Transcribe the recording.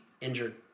injured